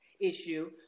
issue